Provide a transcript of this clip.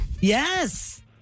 Yes